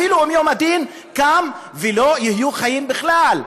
אפילו אם יום הדין קם ולא יהיו חיים בכלל.